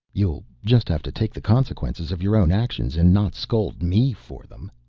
you'll just have to take the consequences of your own actions and not scold me for them.